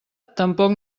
tampoc